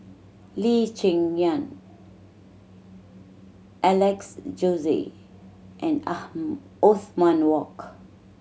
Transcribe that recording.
Lee Cheng Yan Alex Josey and Othman Wok